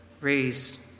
raised